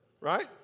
Right